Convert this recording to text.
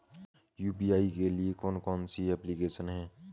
UPI के लिए कौन कौन सी एप्लिकेशन हैं?